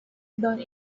bound